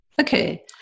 Okay